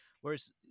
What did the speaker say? Whereas